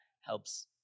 helps